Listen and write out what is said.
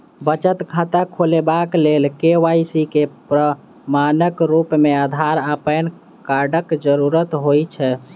बचत खाता खोलेबाक लेल के.वाई.सी केँ प्रमाणक रूप मेँ अधार आ पैन कार्डक जरूरत होइ छै